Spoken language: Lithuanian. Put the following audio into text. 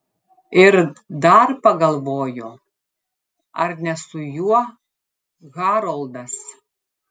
ir dar pagalvojo ar ne su juo haroldas